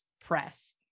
Press